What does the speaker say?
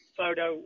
photo